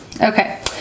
Okay